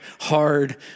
hard